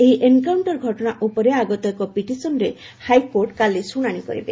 ଏହି ଏନକାଉଣ୍ଟର ଘଟଣା ଉପରେ ଆଗତ ଏକ ପିଟିସନରେ ହାଇକୋର୍ଟ କାଲି ଶୁଣାଣି କରିବେ